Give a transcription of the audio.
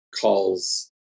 calls